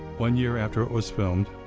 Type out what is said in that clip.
one year after it was filmed,